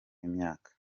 imyaka